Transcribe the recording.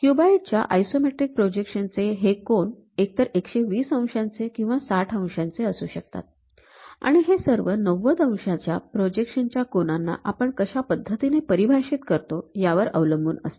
क्युबाईडच्या isometric projection चे हे कोन एकतर १२० अंशाचे किंवा ६० अंशाचे असू शकतात आणि हे सर्व ९० अंशाच्या प्रोजेक्शन च्या कोनांना आपण कशा पद्धतीने परिभाषित करतो यावर अवलंबून असते